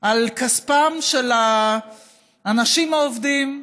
על כספם של האנשים העובדים,